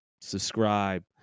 subscribe